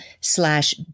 slash